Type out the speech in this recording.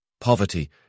Poverty